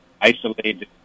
Isolated